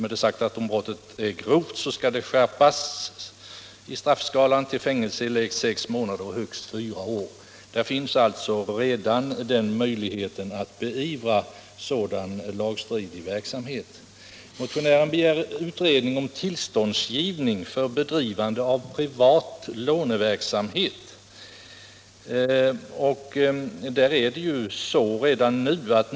Är brottet grovt skärps straffskalan till fängelse i lägst sex månader och högst fyra år. Här finns alltså redan möjligheter att beivra sådan lagstridig verksamhet. Motionären begär utredning om tillståndsgivning för bedrivande av privat låneverksamhet.